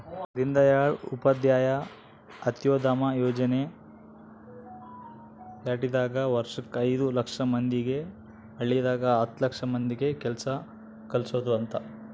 ದೀನ್ದಯಾಳ್ ಉಪಾಧ್ಯಾಯ ಅಂತ್ಯೋದಯ ಯೋಜನೆ ಪ್ಯಾಟಿದಾಗ ವರ್ಷಕ್ ಐದು ಲಕ್ಷ ಮಂದಿಗೆ ಹಳ್ಳಿದಾಗ ಹತ್ತು ಲಕ್ಷ ಮಂದಿಗ ಕೆಲ್ಸ ಕಲ್ಸೊದ್ ಅಂತ